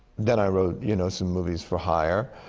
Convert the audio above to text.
then i wrote you know, some movies for hire.